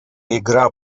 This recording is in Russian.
игра